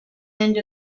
end